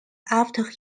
after